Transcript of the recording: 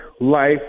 life